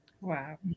Wow